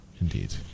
indeed